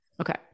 Okay